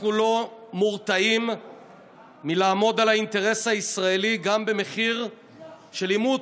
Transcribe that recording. אנחנו לא מורתעים מלעמוד על האינטרס הישראלי גם במחיר של עימות,